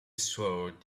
sword